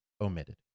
omitted